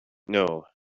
know